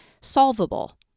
solvable